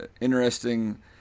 interesting